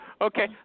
Okay